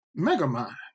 Megamind